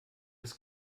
des